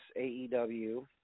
AEW